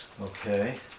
Okay